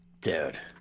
dude